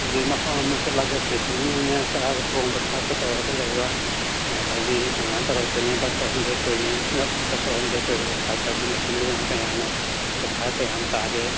ꯍꯥꯏꯗꯤ ꯃꯐꯝ ꯑꯃ ꯆꯠꯂꯒ ꯆꯥꯕ ꯊꯣꯡꯕ ꯊꯥꯛꯄ ꯇꯧꯔꯒ ꯂꯩꯕ ꯑꯗꯒꯤ ꯑꯗꯨꯃꯥꯏꯅ ꯇꯧꯔꯒ ꯆꯠꯇꯣꯏꯅꯦ ꯕꯁ ꯑꯍꯨꯝ ꯆꯠꯇꯣꯏꯅꯦ ꯕꯁ ꯑꯍꯨꯝ ꯆꯠꯄꯁꯤꯗ ꯁꯥꯇ꯭ꯔꯥꯒꯤ ꯃꯁꯤꯡꯗꯨꯅ ꯀꯌꯥꯅꯣ ꯄꯩꯁꯥ ꯀꯌꯥꯝ ꯇꯥꯒꯦ